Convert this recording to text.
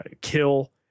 kill